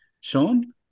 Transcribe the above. Sean